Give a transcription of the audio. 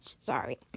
Sorry